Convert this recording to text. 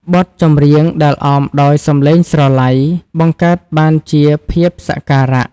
បទចម្រៀងដែលអមដោយសំឡេងស្រឡៃ បង្កើតបានជាភាពសក្ការៈ។